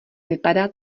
vypadá